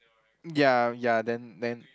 ya ya then then